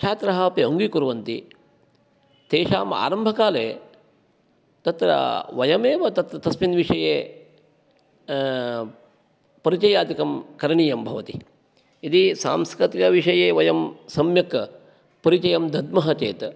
छात्राः अपि अङ्गीकुर्वन्ति तेषाम् आरम्भकाले तत्र वयमेव तस्मिन् विषये परिचयादिकं करणीयं भवति यदि सांस्कृतिकविषये वयं सम्यक् परिचयं दद्मः चेत्